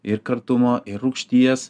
ir kartumo ir rūgšties